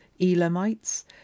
Elamites